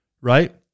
Right